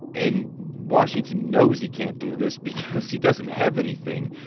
and washington knows he can't do this because he doesn't have anything.